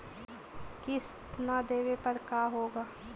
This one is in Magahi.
किस्त न देबे पर का होगा?